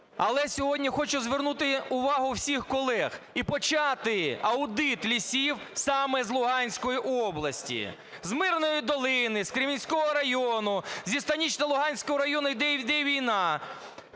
Але сьогодні хочу звернути увагу всіх колег і почати аудит лісів саме з Луганської області: з Мирної Долини, з Кремінського району, зі Станично-Луганського району, де йде війна.